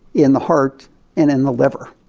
in the heart and in the liver.